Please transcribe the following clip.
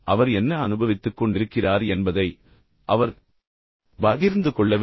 அவர் என்ன அனுபவித்துக்கொண்டிருக்கிறார் என்பதை அவர் பகிர்ந்து கொள்ளவில்லை